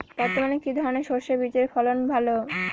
বর্তমানে কি ধরনের সরষে বীজের ফলন ভালো?